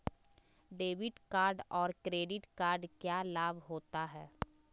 Debit card और credit card क्या लाभ होता है?